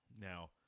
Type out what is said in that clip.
Now